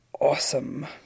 awesome